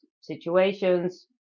situations